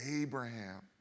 Abraham